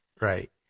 Right